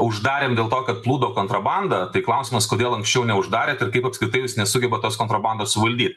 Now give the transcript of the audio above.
uždarėm dėl to kad plūdo kontrabanda tai klausimas kodėl anksčiau neuždarėt ir kaip apskritai jūs nesugebat tos kontrabandos suvaldyt